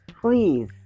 Please